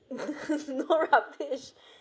no lah please